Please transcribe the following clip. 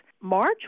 March